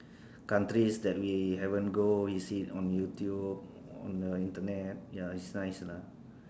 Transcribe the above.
countries that we haven't go we see it on YouTube on the Internet ya it's nice lah